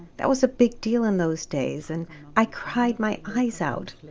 that was a big deal in those days. and i cried my eyes out.